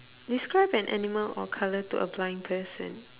describe an animal or colour to a blind person